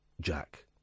jack